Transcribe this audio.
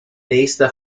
nächster